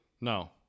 No